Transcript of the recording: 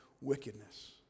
wickedness